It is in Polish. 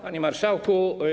Panie Marszałku!